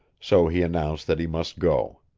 so he announced that he must go.